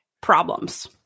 problems